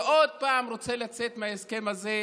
ועוד פעם רוצה לצאת מההסכם הזה,